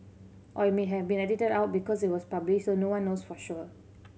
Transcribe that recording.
or it may have been edited out because it was published so no one knows for sure